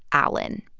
allen.